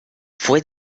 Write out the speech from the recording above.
fue